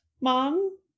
mom